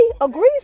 agrees